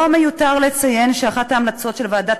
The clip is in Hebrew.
לא מיותר לציין שאחת ההמלצות של ועדת